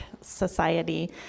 Society